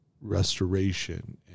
restoration